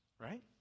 right